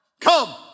Come